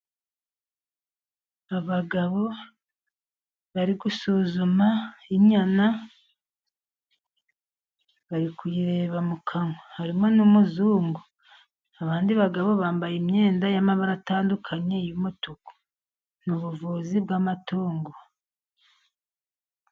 Abagabo bari gusuzuma inyana, bari kuyireba mu kanwa harimo n'umuzungu, abandi bagabo bambaye imyenda y'amabara atandukanye y'umutuku ni ubuvuzi bw'amatungo.